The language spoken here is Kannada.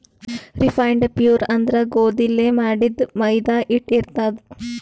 ರಿಫೈನ್ಡ್ ಫ್ಲೋರ್ ಅಂದ್ರ ಗೋಧಿಲೇ ಮಾಡಿದ್ದ್ ಮೈದಾ ಹಿಟ್ಟ್ ಇರ್ತದ್